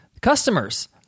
customers